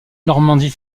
normandie